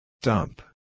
Dump